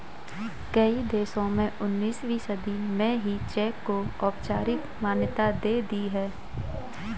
कई देशों ने उन्नीसवीं सदी में ही चेक को औपचारिक मान्यता दे दी